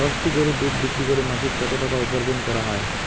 দশটি গরুর দুধ বিক্রি করে মাসিক কত টাকা উপার্জন করা য়ায়?